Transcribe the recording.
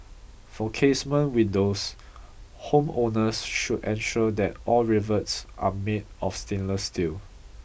for casement windows homeowners should ensure that all rivets are made of stainless steel